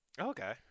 Okay